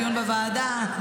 דיון בוועדה?